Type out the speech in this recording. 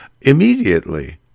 immediately